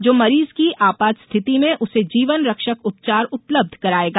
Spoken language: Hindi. जो मरीज की आपात स्थिति में उसे जीवन रक्षक उपचार उपलब्ध करायेगा